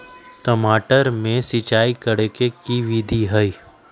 टमाटर में सिचाई करे के की विधि हई?